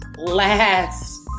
last